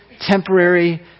temporary